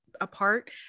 apart